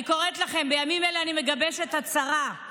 אני קוראת לכם: בימים אלה אני מגבשת הצהרה,